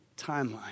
timeline